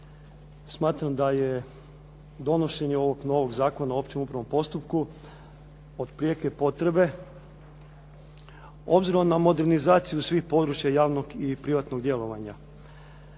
smatram da je donošenje ovog novog Zakona o općem upravnom postupku od prijeke potrebe obzirom na modernizaciju svih područja javnog i privatnog djelovanja.